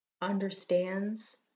understands